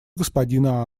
господина